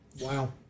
Wow